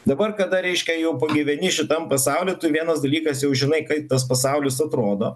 dabar kada reiškia jau pagyveni šitam pasaulyje tu vienas dalykas jau žinai kaip tas pasaulis atrodo